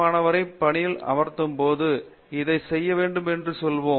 மாணவரைப் பணியில் அமர்த்தும்போது இதைச் செய்ய வேண்டும் என்று சொல்வோம்